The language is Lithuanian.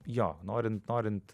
jo norint norint